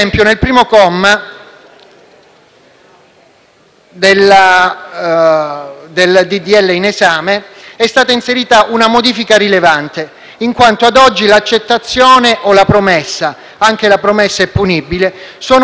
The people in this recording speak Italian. di legge in esame è stata inserita una modifica rilevante, in quanto ad oggi l'accettazione o la promessa - anche la promessa è punibile - sono punibili se realizzate mediante le